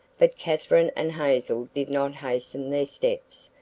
but katherine and hazel did not hasten their steps,